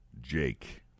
Jake